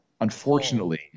Unfortunately